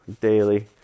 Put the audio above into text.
daily